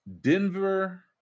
Denver